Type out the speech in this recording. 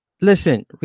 Listen